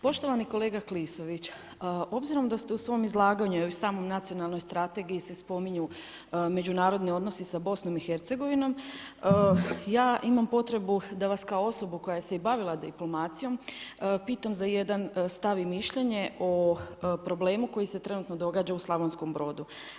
Poštovani kolega Klisović, obzirom da ste u svom izlaganju i u samoj nacionalnoj strategiji se spominju međunarodni odnosi BiH-om, ja imam potrebu kao osobu koja se bavila diplomacijom, pitam za jedan stavi mišljenje o problemu koji se trenutno događa u Slavonskom Brodu.